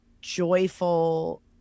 joyful